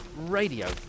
Radio